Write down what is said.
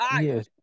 Yes